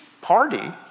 party